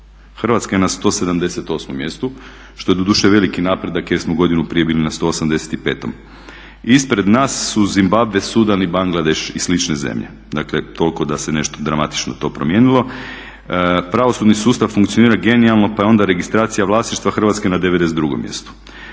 Hrvatska je na 178. mjestu. Što je doduše veliki napredak jer smo godinu prije bili na 185. Ispred nas su Zimbabve, Sudan i Bangladeš i slične zemlje. Dakle toliko da se nešto dramatično to promijenilo. Pravosudni sustav funkcionira genijalno pa je onda registracija vlasništva Hrvatske na 92. mjestu.